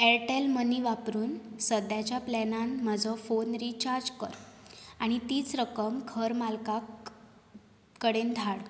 Airtel money वापरून सद्याच्या प्लॅनांत म्हजो फोन रिचार्ज कर आनी तीच रक्कम घर मालकाक कडेन धाड